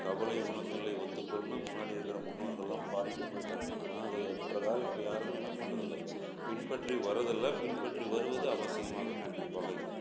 கவலை உனக்கில்லை ஒத்துக்கொள்னு முன்னாடி இருக்கிற முன்னோர்கள்லாம் பாடிவிட்டு போய்ட்டாங்க ஆனால் அது பிரகாரம் இப்போ யாருமே என்ன பண்ணுறதில்ல பின்பற்றி வர்றதில்லை பின்பற்றி வருவது அவசியமாக கண்டிப்பாக இருக்கும்